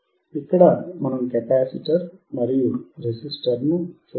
ఇక్కడ మనం కెపాసిటర్ మరియు రెసిస్టర్ను చూడవచ్చు